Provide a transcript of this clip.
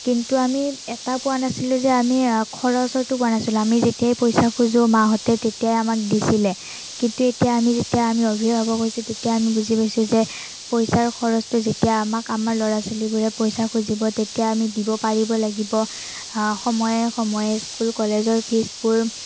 কিন্তু আমি এটা পোৱা নাছিলো যে আমি খৰচৰটো পোৱা নাছিলো আমি যেতিয়াই পইচা খোজোঁ মাহঁতে তেতিয়াই আমাক দিছিলে কিন্তু এতিয়া আমি যেতিয়া আমি অভিভাৱক হৈছো তেতিয়া আমি বুজি পাইছো যে পইচাৰ খৰচটো আমাক যেতিয়া আমাৰ ল'ৰা ছোৱালীবোৰে পইচা খুজিব তেতিয়া আমি দিব পাৰিব লাগিব সময়ে সময়ে স্কুল কলেজৰ ফিজবোৰ